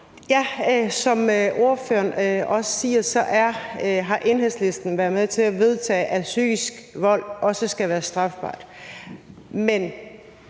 Som ordføreren også siger, har Enhedslisten været med til at vedtage, at psykisk vold også skal være strafbart,